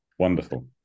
Wonderful